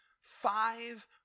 five